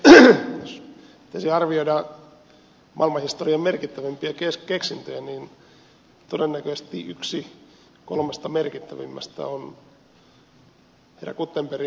jos pitäisi arvioida maailmanhistorian merkittävimpiä keksintöjä niin todennäköisesti yksi kolmesta merkittävimmästä on herra gutenbergin kirjapaino